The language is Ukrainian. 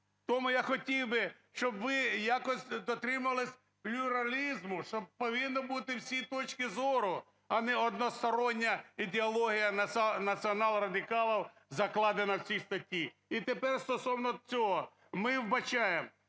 Тому я хотів би, щоб ви якось дотримувалися плюралізму, що повинні бути всі точки зору, а не одностороння ідеологія націонал-радикалів, закладена в цій статті. І тепер стосовно цього. Ми вбачаємо,